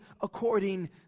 according